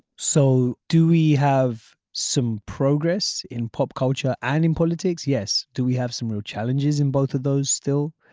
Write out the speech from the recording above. so do we have some progress in pop culture and in politics. yes. do we have some real challenges in both of those still.